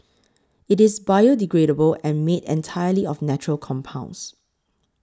it is biodegradable and made entirely of natural compounds